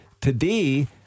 Today